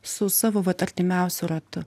su savo vat artimiausiu ratu